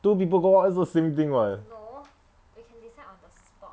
two people go out also same thing [what]